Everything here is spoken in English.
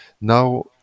now